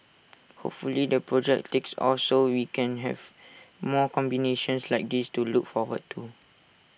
hopefully the project takes off so we can have more combinations like this to look forward to